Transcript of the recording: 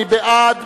מי בעד?